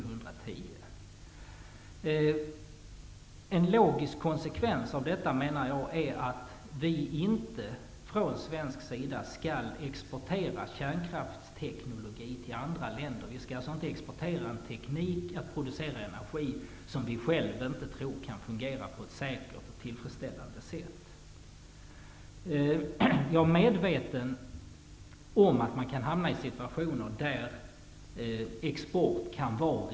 Jag menar att en logisk konsekvens av detta är att vi från svensk sida inte skall exportera kärnkrafsteknologi till andra länder. Vi skall alltså inte exportera en teknik för att producera energi, som vi själva inte tror kan fungera på ett säkert och tillfredsställande sätt. Jag är medveten om att man kan hamna i situationer då det är rimligt att exportera.